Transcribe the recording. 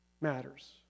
matters